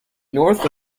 north